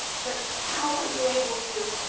but how were you able to